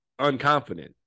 unconfident